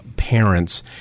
parents